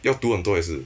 要读很多也是